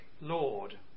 Lord